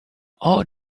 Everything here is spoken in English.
all